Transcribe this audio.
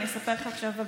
ואני אספר לך עכשיו,